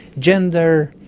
gender.